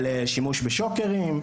על שימוש בשוקרים,